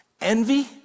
Envy